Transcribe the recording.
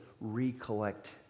recollect